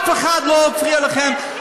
אף אחד לא הפריע לכם,